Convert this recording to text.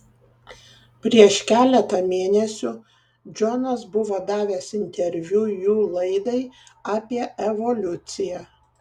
prieš keletą mėnesių džonas buvo davęs interviu jų laidai apie evoliuciją